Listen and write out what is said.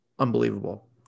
Unbelievable